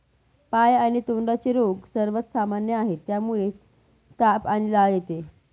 पाय आणि तोंडाचे रोग सर्वात सामान्य आहेत, ज्यामुळे ताप आणि लाळ येते